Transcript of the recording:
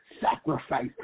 sacrifice